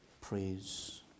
Praise